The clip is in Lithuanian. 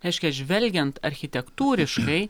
reiškias žvelgiant architektūriškai